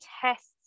tests